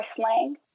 slang